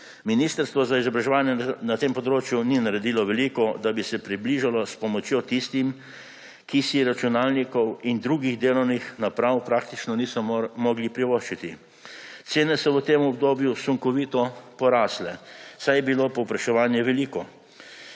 Ministrstvo za izobraževanje na tem področju ni naredilo veliko, da bi se približalo s pomočjo tistim, ki si računalnikov in drugih delovnih naprav praktično niso mogli privoščiti. Cene so v tem obdobju sunkovito porastle, saj je bilo povpraševanje veliko.